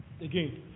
Again